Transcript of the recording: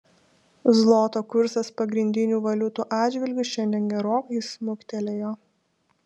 zloto kursas pagrindinių valiutų atžvilgiu šiandien gerokai smuktelėjo